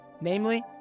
Namely